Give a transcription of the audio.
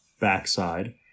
backside